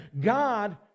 God